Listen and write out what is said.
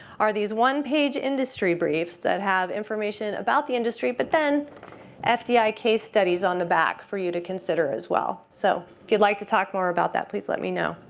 are these one page industry briefs that have information about the industry, but then fdi case studies on the back for you to consider as well. so if you'd like to talk more about that, please let me know.